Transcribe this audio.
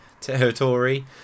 territory